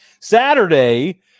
Saturday